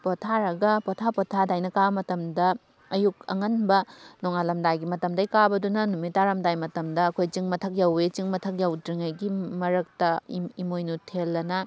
ꯄꯣꯊꯥꯔꯒ ꯄꯣꯊꯥ ꯄꯣꯊꯥ ꯑꯗꯨꯃꯥꯏꯅ ꯀꯥꯕ ꯃꯇꯝꯗ ꯑꯌꯨꯛ ꯑꯉꯟꯕ ꯅꯣꯡꯉꯥꯜꯂꯝꯗꯥꯏꯒꯤ ꯃꯇꯝꯗꯒꯤ ꯀꯥꯕꯗꯨꯅ ꯅꯨꯃꯤꯠ ꯇꯥꯔꯝꯗꯥꯏ ꯃꯇꯝꯗ ꯑꯩꯈꯣꯏ ꯆꯤꯡ ꯃꯊꯛ ꯌꯧꯏ ꯆꯤꯡ ꯃꯊꯛ ꯌꯧꯗ꯭ꯔꯤꯉꯩꯒꯤ ꯃꯔꯛꯇ ꯏꯃꯣꯏꯅꯨ ꯊꯦꯜꯍꯥꯏꯅ